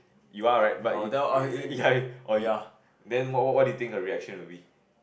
you are right but then what what do you think her reaction will be